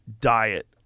diet